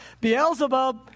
Beelzebub